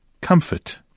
comfort